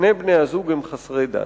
שני בני-הזוג הם רק גבר ואשה חסרי דת.